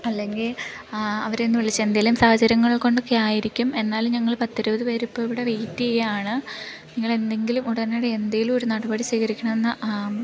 അല്ലെങ്കിൽ അവരെ ഒന്ന് വിളിച്ചു എന്തേലും സാഹചര്യങ്ങള് കൊണ്ടൊക്കെ ആയിരിക്കും എന്നാലും ഞങ്ങൾ പത്തിരുപത് പേരിപ്പോൾ ഇവിടെ വെയിറ്റ് ചെയ്യുകയാണ് നിങ്ങൾ എന്തെങ്കിലും ഉടനടി എന്തേലും ഒരു നടപടി സ്വീകരിക്കണമെന്ന്